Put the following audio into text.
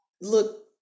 look